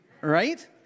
right